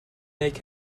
make